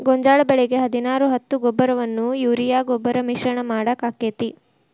ಗೋಂಜಾಳ ಬೆಳಿಗೆ ಹದಿನಾರು ಹತ್ತು ಗೊಬ್ಬರವನ್ನು ಯೂರಿಯಾ ಗೊಬ್ಬರಕ್ಕೆ ಮಿಶ್ರಣ ಮಾಡಾಕ ಆಕ್ಕೆತಿ?